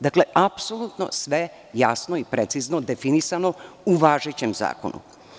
Dakle, apsolutno sve jasno i precizno definisano u važećem zakonu.